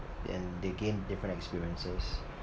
and they gain different experiences